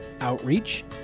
outreach